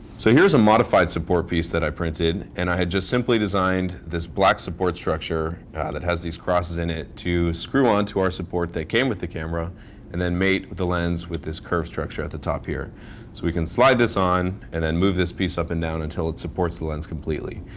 so here's a modified support piece that i printed. and i just simply designed this black support structure yeah that has these crosses in it, to screw onto our support that came with the camera and then mate the lens with this curved structure at the top here. so we can slide this on and then move this piece up and down, until it supports the lens completely.